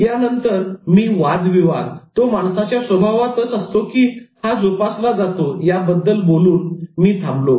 यानंतर मी 'वादविवाद' तो माणसाच्या स्वभावातच असतो की हा जोपासला जातो याबाबत बोलून मी थांबलो